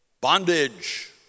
Bondage